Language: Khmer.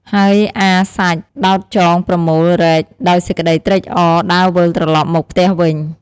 ហើយអារសាច់ដោតចងប្រមូលរែក ដោយសេចក្តីត្រេកអរដើរវិលត្រឡប់មកផ្ទះវិញ។